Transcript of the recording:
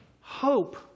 Hope